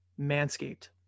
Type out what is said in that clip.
Manscaped